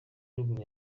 ruguru